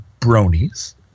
bronies